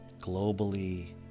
globally